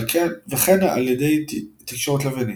וכן על ידי תקשורת לווינית.